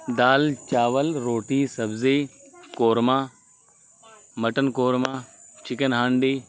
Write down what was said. دال چاول روٹی سبزی قورمہ مٹن قورمہ چکن ہانڈی